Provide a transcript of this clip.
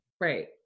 Right